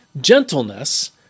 gentleness